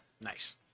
Nice